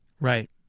Right